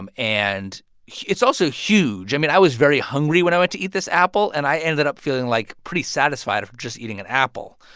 um and it's also huge. i mean, i was very hungry when i went to eat this apple, and i ended up feeling, like, pretty satisfied just eating an apple,